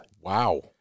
Wow